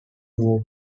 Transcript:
wop